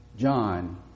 John